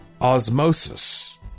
osmosis